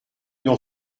dans